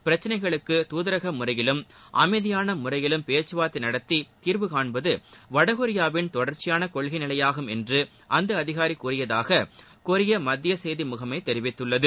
பிரச்சினைகளுக்கு துதரக முறையிலும் அமைதியான முறையிலும் பேச்சுவார்த்தை நடத்தி தீர்வுகாண்பது வடகொரியாவின் தொடர்ச்சியான கொள்கை நிலையாகும் என்று அந்த அதிகாரி கூறியதாக கொரிய மத்திய செய்தி முகமை தெரிவித்துள்ளது